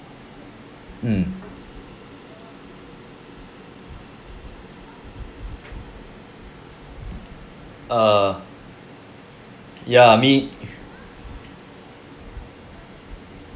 mm err ya me